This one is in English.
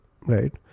right